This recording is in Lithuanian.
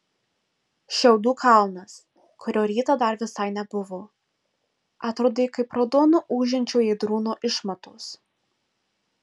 šiaudų kalnas kurio rytą dar visai nebuvo atrodė kaip raudono ūžiančio ėdrūno išmatos